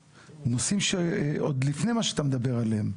נושאים שעוד לפני מה שאתה מדבר עליהם,